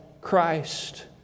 Christ